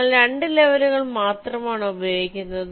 ഞങ്ങൾ 2 ലെവലുകൾ മാത്രമാണ് ഉപയോഗിക്കുന്നത്